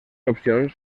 opcions